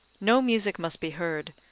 no music must be heard,